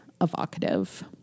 evocative